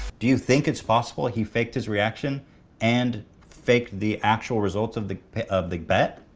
do you think it's possible he faked his reaction and faked the actual results of the of the bet?